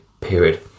period